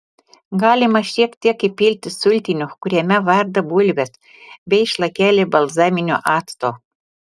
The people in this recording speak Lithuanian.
galima šiek tiek įpilti sultinio kuriame verda bulvės bei šlakelį balzaminio acto